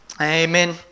Amen